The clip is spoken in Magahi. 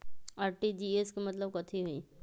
आर.टी.जी.एस के मतलब कथी होइ?